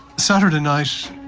saturday night,